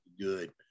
good